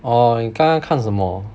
orh 你刚才看什么